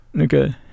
Okay